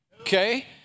Okay